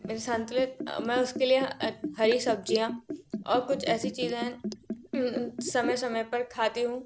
संतुलित मैं उसके लिए हरी सब्ज़ियाँ और कुछ ऐसी चीज़ें है समय समय पर खाती हूँ